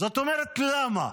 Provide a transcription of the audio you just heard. זאת אומרת, למה?